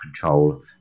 control